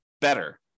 better